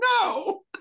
no